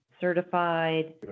certified